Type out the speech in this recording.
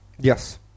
Yes